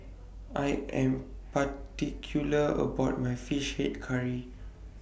I Am particular about My Fish Head Curry